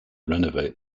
renovate